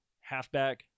halfback